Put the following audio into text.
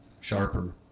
sharper